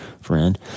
friend